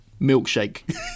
milkshake